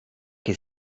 che